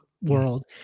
world